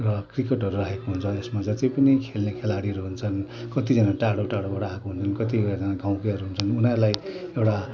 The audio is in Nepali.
र क्रिकेटहरू राखेको हुन्छ त्यसमा जति पनि खेल्ने खेलाडीहरू हुन्छन् कतिजना टाडो टाडोबाट आएका हुन्छन् कतिजना गाउँकाहरू हुन्छन् उनीहरूलाई एउटा